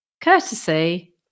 courtesy